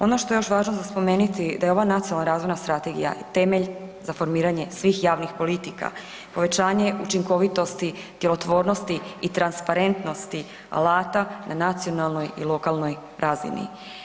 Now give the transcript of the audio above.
Ono što je još važno za spomenuti da je ova nacionalna razvojna strategija temelj za formiranje svih javnih politika, povećanje učinkovitosti, djelotvornosti i transparentnosti alata na nacionalnoj i lokalnoj razini.